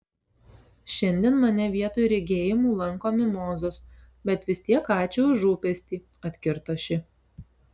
šiandien mane vietoj regėjimų lanko mimozos bet vis tiek ačiū už rūpestį atkirto ši